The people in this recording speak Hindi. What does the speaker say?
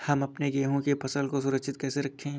हम अपने गेहूँ की फसल को सुरक्षित कैसे रखें?